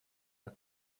for